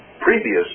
previous